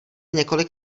několik